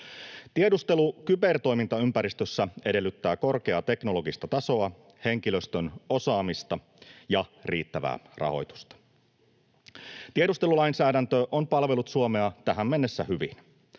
Tiedustelu kybertoimintaympäristössä edellyttää korkeaa teknologista tasoa, henkilöstön osaamista ja riittävää rahoitusta. Tiedustelulainsäädäntö on palvellut Suomea tähän mennessä hyvin.